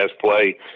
play